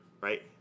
right